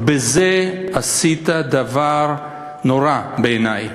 בזה עשית דבר נורא, בעיני,